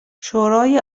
شورای